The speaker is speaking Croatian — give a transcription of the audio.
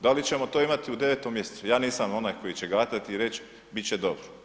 Da li ćemo to imati u 9. mj., ja nisam onaj koji će gatati i reći bit će dobro.